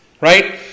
right